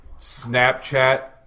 Snapchat